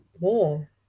more